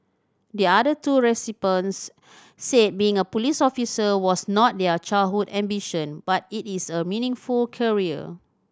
the other two recipients said being a police officer was not their childhood ambition but it is a meaningful career